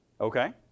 Okay